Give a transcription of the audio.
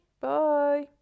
Bye